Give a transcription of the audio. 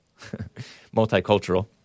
Multicultural